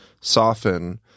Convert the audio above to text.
soften